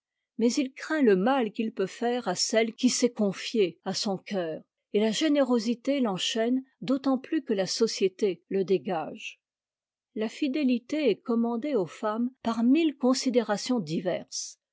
mais il craint le mal qu'il peut faire à celle qui s'est confiée à son cœur et la générosité l'enchaîne d'autant plus que la société le dégage la fidélité est commandée aux femmes par mille considérations diverses